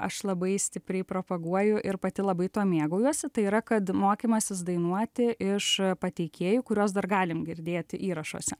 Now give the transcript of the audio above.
aš labai stipriai propaguoju ir pati labai tuo mėgaujuosi tai yra kad mokymasis dainuoti iš pateikėjų kuriuos dar galim girdėt įrašuose